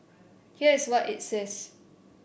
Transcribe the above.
here is what it says